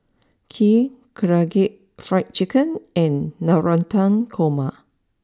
Kheer Karaage Fried Chicken and Navratan Korma